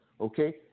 okay